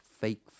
fake